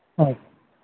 ᱦᱩᱸ